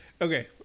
okay